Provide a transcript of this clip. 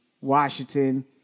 Washington